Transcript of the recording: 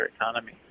economy